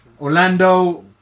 Orlando